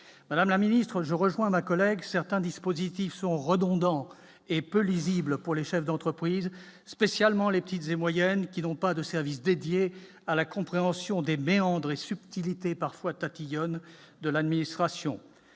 madame la ministre, je rejoins ma collègue certains dispositifs sont redondants et peu lisible pour les chefs d'entreprise, spécialement les petites et moyennes qui n'ont pas de services dédié à la compréhension des méandres et subtilité parfois tatillonne de l'administration